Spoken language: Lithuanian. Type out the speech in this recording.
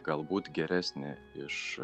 galbūt geresnį iš